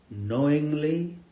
Knowingly